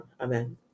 Amen